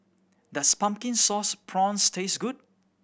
does Pumpkin Sauce Prawns taste good